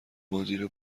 مدیر